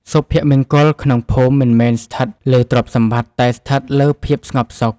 សុភមង្គលក្នុងភូមិមិនមែនស្ថិតលើទ្រព្យសម្បត្តិ តែស្ថិតលើភាពស្ងប់សុខ។